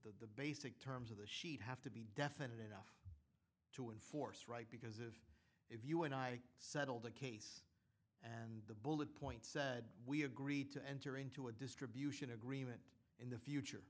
the basic terms of the sheet have to be definite enough to enforce right because if if you and i settled a case and the bullet point said we agreed to enter into a distribution agreement in the future